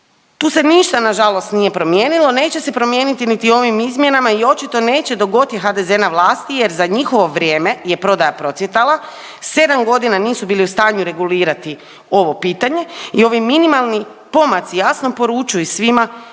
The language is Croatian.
Tu se ništa nažalost nije promijenilo, neće se promijeniti niti ovim izmjenama i očito neće dokgod je HDZ na vlasti jer za njihovo vrijeme je prodaja procvjetala, sedam godina nisu bili u stanju regulirati ovo pitanje i ovi minimalni pomaci jasno poručuju svima